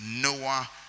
Noah